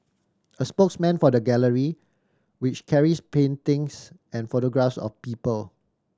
a spokesman for the gallery which carries paintings and photographs of people